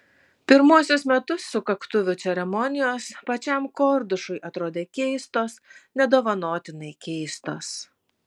pirmuosius metus sukaktuvių ceremonijos pačiam kordušui atrodė keistos nedovanotinai keistos